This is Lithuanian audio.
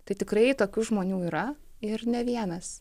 tai tikrai tokių žmonių yra ir ne vienas